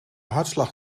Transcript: hartslag